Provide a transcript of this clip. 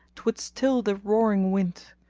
twould still the roaring wind,